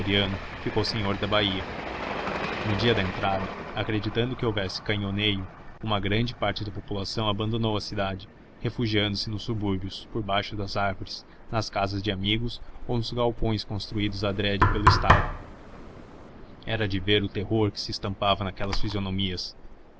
o marechal floriano ficou senhor da baía no dia da entrada acreditando que houvesse canhoneio uma grande parte da população abandonou a cidade refugiando se nos subúrbios por baixo das árvores na casa de amigos ou nos galpões construídos adrede pelo estado era de ver o terror que se estampava naquelas fisionomias